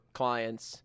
clients